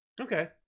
Okay